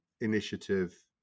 initiative